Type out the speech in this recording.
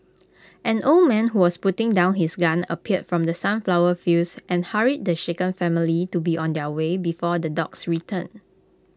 an old man who was putting down his gun appeared from the sunflower fields and hurried the shaken family to be on their way before the dogs return